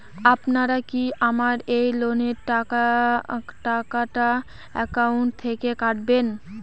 আপনারা কি আমার এই লোনের টাকাটা একাউন্ট থেকে কাটবেন?